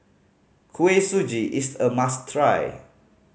Kuih Suji is a must try